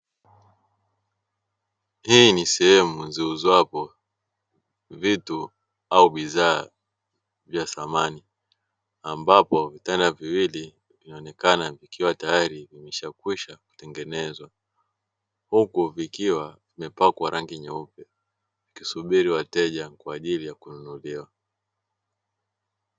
Hii ni sehemu ziuzwapo vitu au bidhaa za samani ambapo vitanda viwili vinaonekana vikiwa tayari vimeshakwisha kutengenezwa, huku vikiwa vimepakwa rangi nyeupe vikisubiri wateja kwa ajili ya kuja kununuliwa.